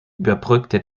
überbrückte